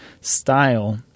style